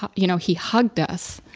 you know, he hugged us,